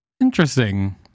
Interesting